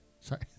Sorry